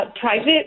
Private